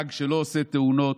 נהג שלא עושה תאונות,